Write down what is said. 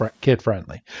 kid-friendly